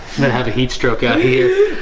and have a heat stroke out here.